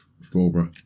Strawberry